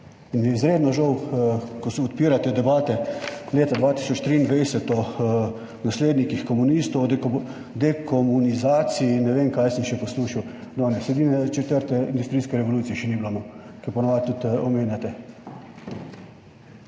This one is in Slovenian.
izredno žal, ko odpirate debate leta 2023, o naslednikih komunistov, dekomunizaciji in ne vem kaj sem še poslušal danes, edino četrte industrijske revolucije še ni bilo, ker ponavadi tudi omenjate.